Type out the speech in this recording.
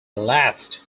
last